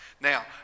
now